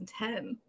2010